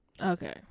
Okay